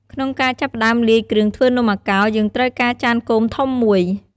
ក្នុងការចាប់ផ្ដើមលាយគ្រឿងធ្វើនំអាកោរ យើងត្រូវការចានគោមធំមួយ។